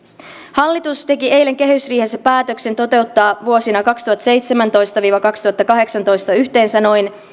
hallitus teki eilen kehysriihessä päätöksen toteuttaa vuosina kaksituhattaseitsemäntoista viiva kaksituhattakahdeksantoista yhteensä noin